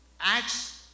Acts